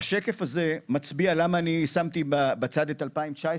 השקף הזה מצביע למה אני שמתי בצד את 2019,